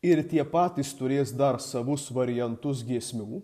ir tie patys turės dar savus variantus giesmių